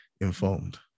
informed